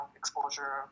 exposure